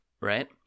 right